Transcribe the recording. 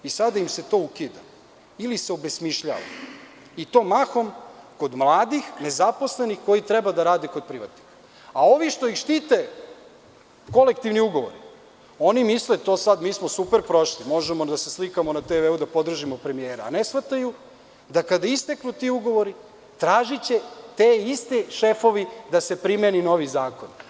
Sada im se to ukida ili se obesmišljava i to mahom kod mladih, nezaposlenih, koji treba da rade kod privatnika, a ovi što ih štite kolektivni ugovori, oni misle – mi smo super prošli, možemo da se slikamo na tv-u, da podržimo premijera, a ne shvataju da kada isteknu ti ugovori, tražiće ti isti šefovi da se primeni novi zakon.